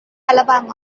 alabama